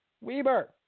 Weber